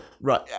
right